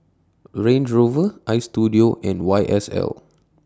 Range Rover Istudio and Y S L